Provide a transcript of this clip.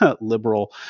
liberal